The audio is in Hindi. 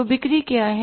तो बिक्री क्या हैं